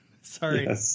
sorry